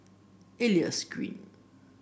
Elias Green